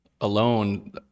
alone